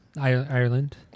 Ireland